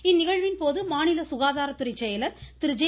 இந்நிகழ்வின் போது மாநில சுகாதாரத்துறை செயலர் திரு ஜே